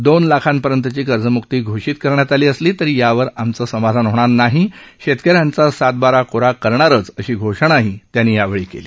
दोन लाखांपर्यंतची कर्जम्क्ती घोषित करण्यात आली असली तरी यावर आमचे समाधान होणार नाही शेतकऱ्यांचा सातबारा कोरा करणारच अशी घोषणाही त्यांनी केली